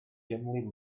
dimly